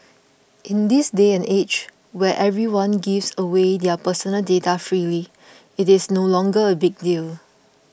in this day and age where everyone gives away their personal data freely it is no longer a big deal